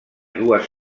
dues